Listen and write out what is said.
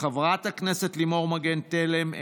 חברת הכנסת לימון מגן תלם,